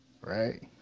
right